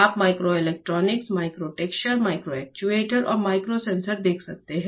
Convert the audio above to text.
आप microelectronic micro structure micro actuator और micro sensor देख सकते हैं